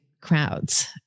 crowds